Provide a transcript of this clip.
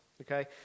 okay